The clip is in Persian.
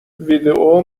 ویدئو